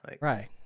Right